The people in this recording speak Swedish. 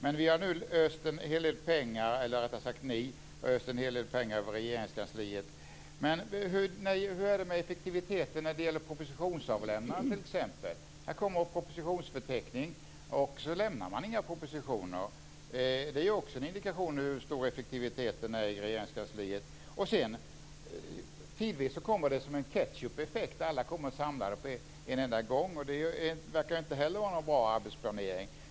Men ni har nu öst en hel del pengar över Regeringskansliet. Hur är det med effektiviteten när det gäller t.ex. propositionsavlämnandet? Det kommer en propositionsförteckning, och så lämnar man inga propositioner. Det är också en indikation på hur stor effektiviteten är i Regeringskansliet. Tidvis kommer alla samlade på en enda gång som en ketchupeffekt. Det är inte heller någon bra arbetsplanering.